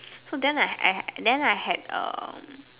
so then I I then I had um